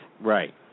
Right